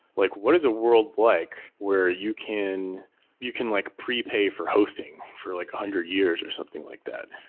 like what is a world like, where you can you can like prepay for hosting for like a one hundred years or something like that?